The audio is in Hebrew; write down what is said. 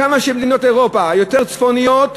כמה שמדינות אירופה יותר צפוניות